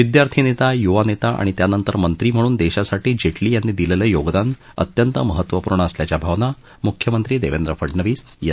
विद्यार्थीनेता युवा नेता आणि त्यानंतर मंत्री म्हणून देशासाठी जेटली यांनी दिलेलं योगदान अत्यंत महत्त्वपूर्ण असल्याच्या भावना मुख्यमंत्री देवेंद्र फडनवीस यांनी व्यक्त केल्या